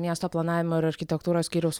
miesto planavimo ir architektūros skyriaus